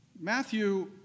Matthew